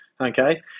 okay